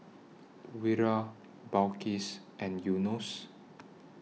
Wira Balqis and Yunos